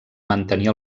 mantenir